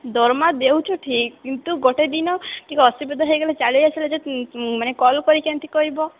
ଦରମା ଦେଉଛ ଠିକ୍ କିନ୍ତୁ ଗୋଟେ ଦିନ ଟିକେ ଅସୁବିଧା ହେଇଗଲେ ଚାଲି ଆସିଲେ ଯେ ମାନେ କଲ୍ କରିକି ଏମିତି କହିବ